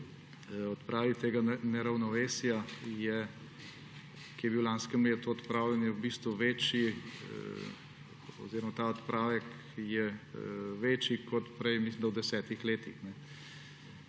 Odpravek tega neravnovesja, ki je bil v lanskem letu realiziran, je v bistvu večji oziroma ta odpravek je večji kot prej, mislim da v desetih letih.